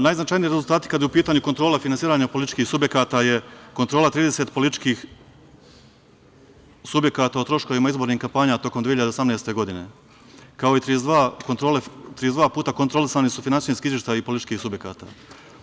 Najznačajniji rezultati kada je u pitanju kontrola finansiranja političkih subjekata je kontrola 30 političkih subjekata o troškovima izbornih kampanja tokom 2018. godine, kao i 32 puta kontrolisani su finansijski izveštaji političkih subjekata.